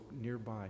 nearby